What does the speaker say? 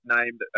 named